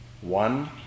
One